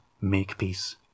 Makepeace